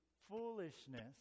foolishness